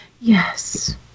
Yes